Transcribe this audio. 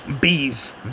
bees